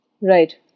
Right